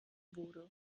wurde